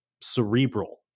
cerebral